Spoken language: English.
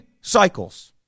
cycles